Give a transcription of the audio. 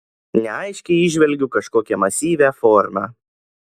neaiškiai įžvelgiu kažkokią masyvią formą